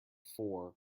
four